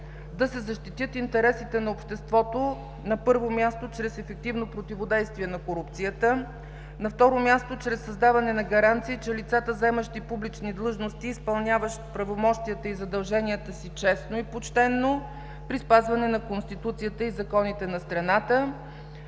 да се защитят интересите на обществото, на първо място, чрез ефективно противодействие на корупцията; на второ място, чрез създаване на гаранции, че лицата, заемащи публични длъжности, изпълняват правомощията и задълженията си честно и почтено, при спазване на Конституцията и законите на страната;